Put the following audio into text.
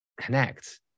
connect